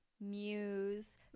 muse